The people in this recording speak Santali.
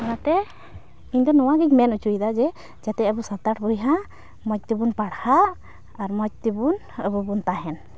ᱚᱱᱟᱛᱮ ᱤᱧᱫᱚ ᱱᱚᱣᱟᱜᱮᱧ ᱢᱮᱱ ᱚᱪᱚᱭᱮᱫᱟ ᱡᱮ ᱡᱮᱛᱮ ᱟᱵᱚ ᱥᱟᱱᱛᱟᱲ ᱵᱚᱭᱦᱟ ᱢᱚᱡᱽᱛᱮᱵᱚᱱ ᱯᱟᱲᱦᱟᱜ ᱟᱨ ᱢᱚᱡᱽᱛᱮᱵᱚᱱ ᱟᱵᱚᱵᱚᱱ ᱛᱟᱦᱮᱱᱟ